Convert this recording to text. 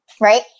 right